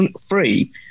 free